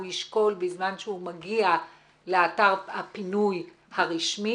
הוא ישקול בזמן שהוא מגיע לאתר הפינוי הרשמי,